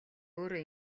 өөрөө